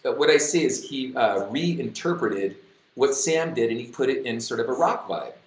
ah what i see is he reinterpreted what sam did and he put it in sort of a rock vibe,